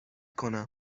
کنم